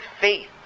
faith